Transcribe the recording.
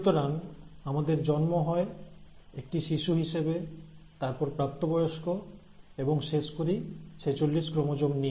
সুতরাং আমাদের জন্ম হয় একটি শিশু হিসেবে তারপর প্রাপ্তবয়স্ক এবং শেষ করি 46 ক্রোমোজোম নিয়ে